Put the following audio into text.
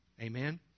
Amen